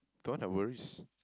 don't have worries